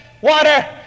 water